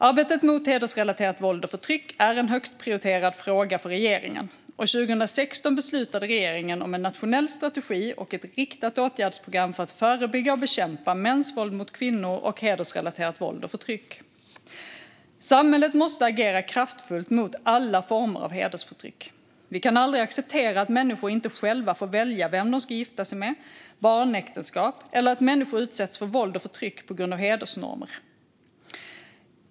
Arbetet mot hedersrelaterat våld och förtryck är en högt prioriterat fråga för regeringen, och 2016 beslutade regeringen om en nationell strategi och ett riktat åtgärdsprogram för att förebygga och bekämpa mäns våld mot kvinnor och hedersrelaterat våld och förtryck. Samhället måste agera kraftfullt mot alla former av hedersförtryck. Vi kan aldrig acceptera att människor inte själva får välja vem de ska gifta sig med, barnäktenskap eller att människor utsätts för våld och förtryck på grund av hedersnormer.